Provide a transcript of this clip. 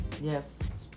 Yes